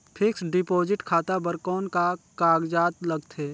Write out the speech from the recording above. Fixed deposit खाता बर कौन का कागजात लगथे?